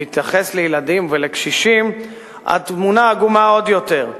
בהתייחס לילדים ולקשישים התמונה עגומה עוד יותר: